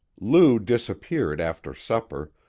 lou disappeared after supper,